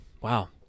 wow